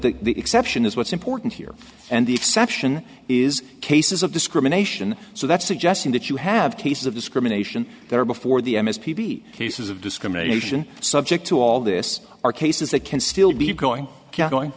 that the exception is what's important here and the exception is cases of discrimination so that suggesting that you have cases of discrimination there before the m s p cases of discrimination subject to all this are cases that can still be going going